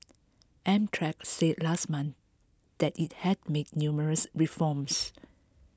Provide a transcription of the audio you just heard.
Amtrak said last month that it had made numerous reforms